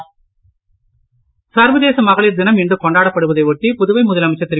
வாழ்த்து சர்வதேச மகளிர் தினம் இன்று கொண்டாடப்படுவதை ஒட்டி புதுவை முதலமைச்சர் திரு